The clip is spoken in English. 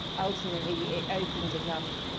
ultimately, it opened enough,